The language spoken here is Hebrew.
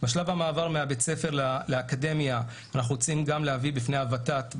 בשלב המעבר מבית הספר לאקדמיה אנחנו רוצים גם להביא בפני הוות"ת,